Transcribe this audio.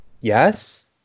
Yes